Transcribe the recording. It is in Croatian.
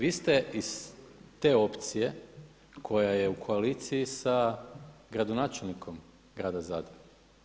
Vi ste iz te opcije koja je u koalicija sa gradonačelnikom grada Zadra.